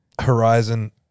Horizon